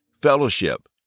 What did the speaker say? fellowship